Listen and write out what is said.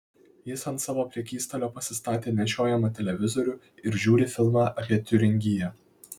jis ant savo prekystalio pasistatė nešiojamą televizorių ir žiūri filmą apie tiuringiją